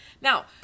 now